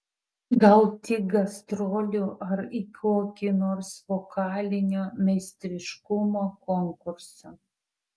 gal tik gastrolių ar į kokį nors vokalinio meistriškumo konkursą